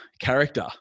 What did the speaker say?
character